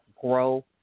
grow